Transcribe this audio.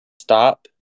Stop